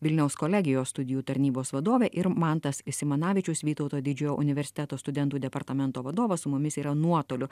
vilniaus kolegijos studijų tarnybos vadovė ir mantas simanavičius vytauto didžiojo universiteto studentų departamento vadovas su mumis yra nuotoliu